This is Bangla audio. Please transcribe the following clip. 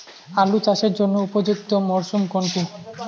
আলু চাষের জন্য উপযুক্ত মরশুম কোনটি?